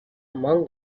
among